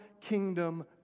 kingdom